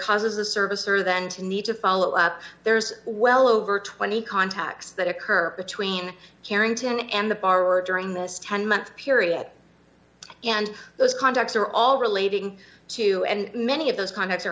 causes a service or then to need to follow up there's well over twenty contacts that occur between carrington and the borrower during this ten month period and those contacts are all relating to and many of those co